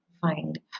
find